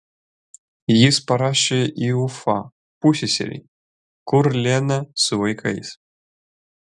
jis parašė į ufą pusseserei kur lena su vaikais